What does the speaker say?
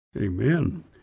Amen